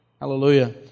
Hallelujah